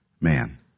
man